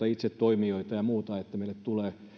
itse toimijoita ja muuta niin että meille tulee